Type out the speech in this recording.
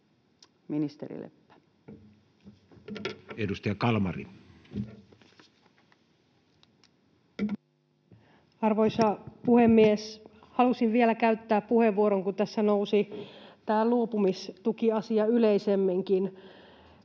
Time: 16:00 Content: Arvoisa puhemies! Halusin vielä käyttää puheenvuoron, kun tässä nousi tämä luopumistukiasia yleisemminkin